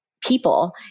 people